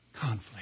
conflict